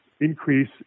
Increase